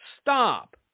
Stop